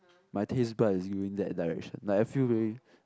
my taste bud is going that direction like I feel very